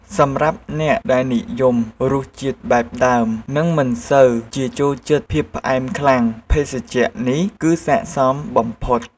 សម្រាប់អ្នកដែលនិយមរសជាតិបែបដើម និងមិនសូវជាចូលចិត្តភាពផ្អែមខ្លាំង ភេសជ្ជៈនេះគឺស័ក្តិសមបំផុត។